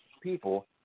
people